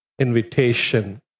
invitation